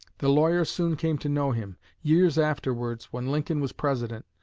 the lawyer soon came to know him. years afterwards, when lincoln was president,